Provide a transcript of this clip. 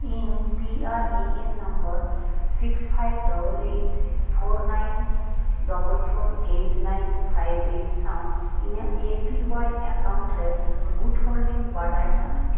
ᱤᱧ P R A N number six five double eight four nine double four eight nine five eight ᱥᱟᱶ ᱤᱧᱟᱹᱜ A P Y ᱮᱠᱟᱣᱩᱱᱴ ᱨᱮ good holding ᱵᱟᱰᱟᱭ ᱥᱟᱹᱱᱟᱹᱧ ᱠᱟᱱᱟ